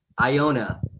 Iona